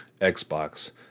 Xbox